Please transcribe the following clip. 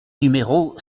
numéro